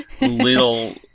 little